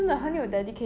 ya